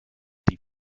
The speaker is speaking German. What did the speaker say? die